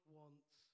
wants